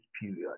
period